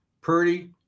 Purdy